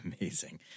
amazing